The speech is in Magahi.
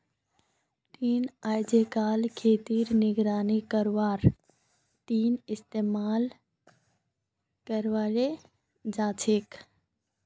ड्रोन अइजकाल खेतेर निगरानी करवार तने इस्तेमाल कराल जाछेक